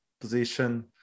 position